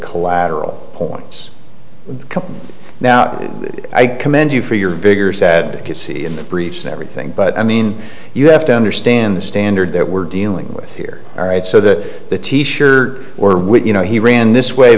collateral points now i commend you for your vigorous advocacy in the breach that everything but i mean you have to understand the standard that we're dealing with here all right so that the t shirt or which you know he ran this way